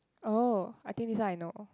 oh I think this one I know